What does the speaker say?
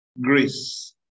grace